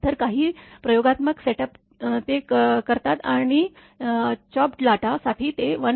तर काही प्रयोगात्मक सेटअप ते करतात आणि चिरलेल्या लाटा साठी ते 1